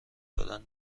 دادن